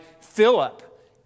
Philip